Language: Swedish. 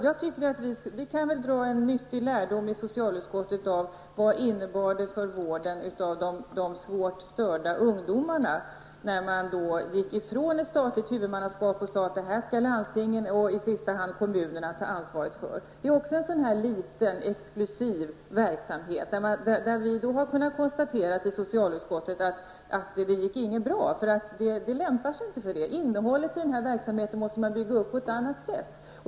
Jag tycker att vi i socialutskottet kan dra en nyttig lärdom av vad det innebar för vården av de svårt störda ungdomarna när man gick ifrån ett statligt huvudmannaskap till att låta landstinget och i sista hand kommunerna ta ansvaret för denna. Det är också en sådan här liten, exklusiv verksamhet. Vi har i socialutskottet kunnat konstatera att det inte gick bra. Verksamheten lämpar sig inte för denna organisation. Innehållet i denna verksamhet måste byggas upp på annat sätt.